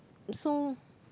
so